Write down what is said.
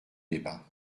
débats